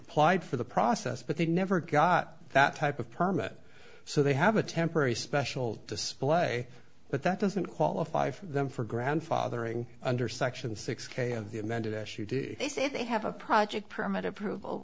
applied for the process but they never got that type of permit so they have a temporary special display but that doesn't qualify for them for grandfathering under section six k of the amended issue to this if they have a project permit approval